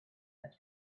had